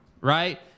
right